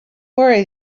worry